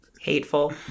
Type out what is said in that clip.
Hateful